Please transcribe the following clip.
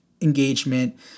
engagement